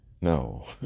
no